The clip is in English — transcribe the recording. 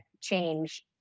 change